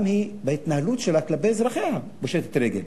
גם היא, בהתנהלות שלה כלפי אזרחיה, פושטת רגל.